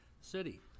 city